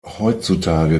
heutzutage